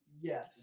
yes